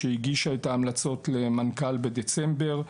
שהגישה את ההמלצות למנכ"ל בדצמבר,